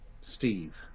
Steve